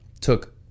took